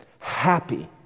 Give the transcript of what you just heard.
Happy